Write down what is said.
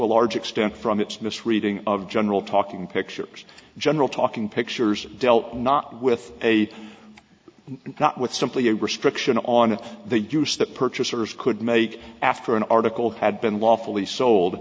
a large extent from its misreading of general talking pictures general talking pictures dealt not with a and not with simply a restriction on the use that purchasers could make after an article had been lawfully sold